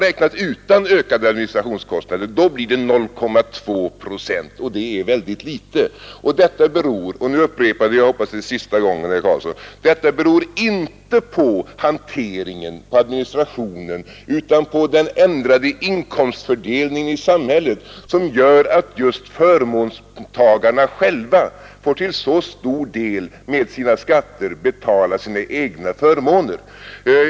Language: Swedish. Men utan ökade administrationskostnader och med en sådan beräkning ökar konsumtionsutrymmet med 0,2 procent, och det är väldigt litet. Att ökningen blir så liten beror inte på — vilket jag upprepar, hoppas jag, för sista gången, herr Karlsson — administrationen, utan på den ändrade inkomstfördelningen i samhället, som gör att just förmånstagarna själva till mycket stor del med sina skatter får betala sina egna förmåner.